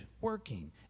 working